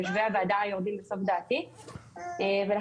--- זה לא משנה, כי ביום שבת לא מגישים בקשות.